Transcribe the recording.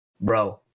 Bro